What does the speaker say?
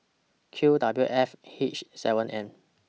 Q W F H seven M